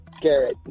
Garrett